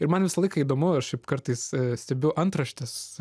ir man visą laiką įdomu ar šiaip kartais stebiu antraštes